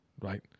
right